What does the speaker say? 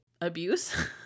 abuse